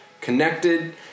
connected